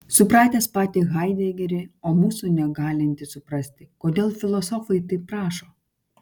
supratęs patį haidegerį o mūsų negalintis suprasti kodėl filosofai taip rašo